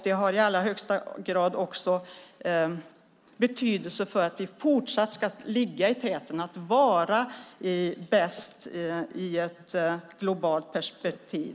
I allra högsta grad har det också betydelse för våra möjligheter att fortsatt ligga i täten och att vara bäst i ett globalt perspektiv.